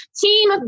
Team